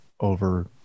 over